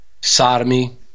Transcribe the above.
Sodomy